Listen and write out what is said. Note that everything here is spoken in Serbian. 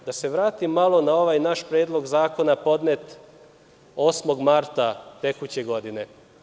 Da se vratim malo na ovaj naš predlog zakona podnet 8. marta tekuće godine.